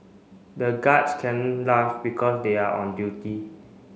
the guards can't laugh because they are on duty